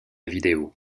vidéo